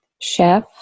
chef